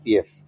Yes